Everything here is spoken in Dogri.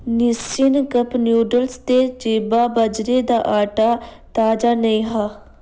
निसिन कप नूडलां ते जीवा बाजरे दा आटा ताजा नेईं हा